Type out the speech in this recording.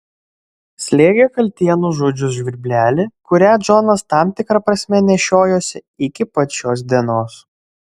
slėgė kaltė nužudžius žvirblelį kurią džonas tam tikra prasme nešiojosi iki pat šios dienos